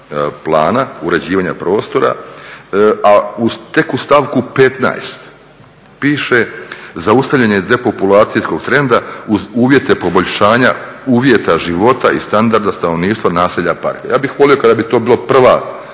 Plana uređivanja prostora, a tek u stavku 15. piše zaustavljanje depopulacijskog trenda uz uvjete poboljšanja uvjeta života i standarda stanovništva naselja park. Ja bih volio kada bi to bio prvi